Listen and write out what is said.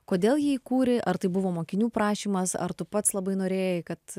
kodėl jį įkūrei ar tai buvo mokinių prašymas ar tu pats labai norėjai kad